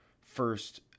first